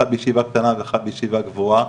אחד בישיבה קטנה ואחד בישיבה גבוהה,